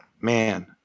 Man